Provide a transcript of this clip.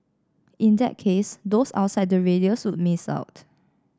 in that case those outside the radius would miss out